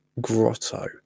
grotto